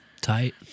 Tight